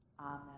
Amen